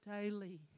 daily